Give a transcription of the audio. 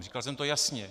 Říkal jsem to jasně.